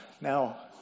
Now